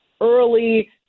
early